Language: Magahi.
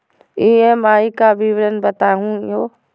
ई.एम.आई के विवरण बताही हो?